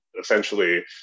essentially